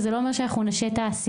זה לא אומר שאנחנו נשעה את העשייה.